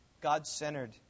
God-centered